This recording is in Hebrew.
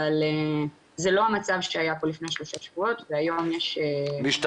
אבל זה לא המצב שהיה פה לפני שלושה שבועות והיום יש --- משתפרים.